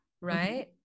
right